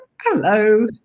Hello